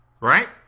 right